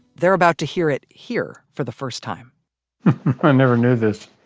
they're about to hear it here for the first time i never knew this!